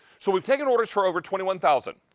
so we've taken orders for over twenty one thousand.